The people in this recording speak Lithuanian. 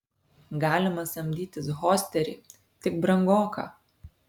galima samdytis hosterį tik brangoka